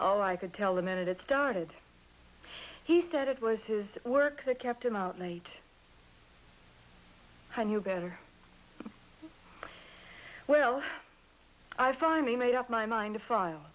oh i could tell the minute it started he said it was his work that kept him out late i knew better well i finally made up my mind to file